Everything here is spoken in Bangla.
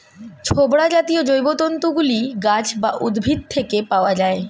ছোবড়া জাতীয় জৈবতন্তু গুলি গাছ বা উদ্ভিদ থেকে পাওয়া যায়